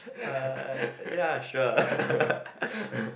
uh ya sure